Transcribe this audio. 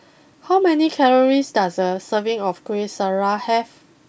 how many calories does a serving of Kueh Syara have